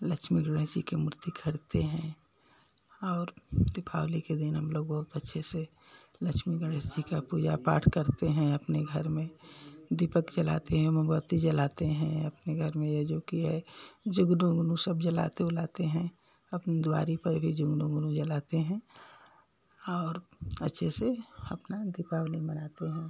लक्ष्मी गणेश जी की मूर्ति खरीदते हैं और दीपावली के दिन हम लोग बहुत अच्छे से लक्ष्मी गणेश जी का पूजा पाठ करते हैं अपने घर में दीपक जलाते हैं मोमबत्ती जलाते हैं अपने घर में यह जो कि है जुगनू उगनू सब जलाते ओलाते हैं अपने दुआरे पर भी जुगनू उगनू जलाते हैं और अच्छे से अपना दीपावली मनाते हैं